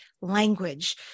language